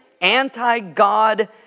anti-God